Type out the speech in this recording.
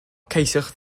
ceisiwch